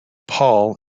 paul